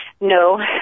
No